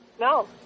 No